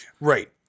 Right